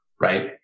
Right